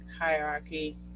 hierarchy